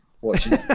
watching